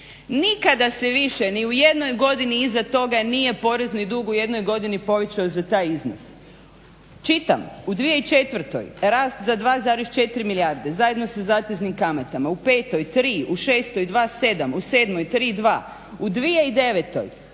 Nikada se više ni u jednoj godini iza toga nije porezni dug u jednoj godini povećao za taj iznos. Čitam u 2004. rast za 2,4 milijarde zajedno sa zateznim kamatama, u petoj 3, u šestoj 2,7 u sedmoj 3,2 u